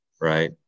right